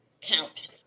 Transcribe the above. count